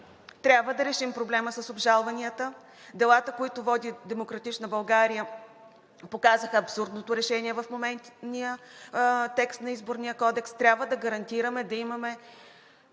Трябва да решим проблема с обжалванията. Делата, които води „Демократична България“, показаха абсурдното решение в моментния текст на Изборния кодекс. Трябва да гарантираме да имаме